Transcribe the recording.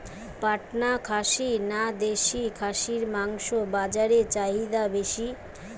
পাটনা খাসি না দেশী খাসির মাংস বাজারে চাহিদা বেশি?